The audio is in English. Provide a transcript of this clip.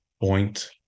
point